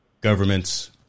Governments